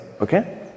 okay